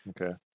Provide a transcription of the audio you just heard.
Okay